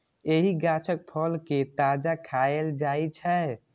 एहि गाछक फल कें ताजा खाएल जाइ छै